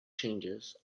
changes